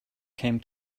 came